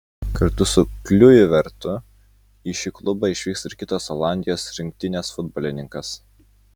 kartu su kliuivertu į šį klubą išvyks ir kitas olandijos rinktinės futbolininkas